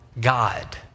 God